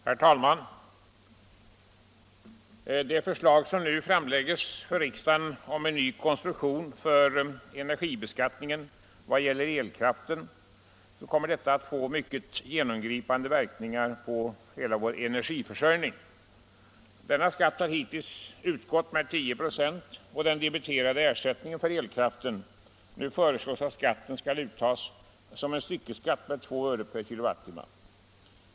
Herr talman! Det förslag som nu framläggs för riksdagen om en ny konstruktion för energibeskattningen av elkraften kommer att få mycket genomgripande verkningar på vår energiförsörjning. Denna skatt har hitintills utgått med 10 96 på den debiterade ersättningen för elkraften. Nu föreslås att skatten skall uttagas som en styckeskatt med 2 öre/kWh.